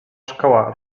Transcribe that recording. szkoła